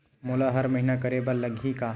मोला हर महीना करे बर लगही का?